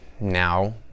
Now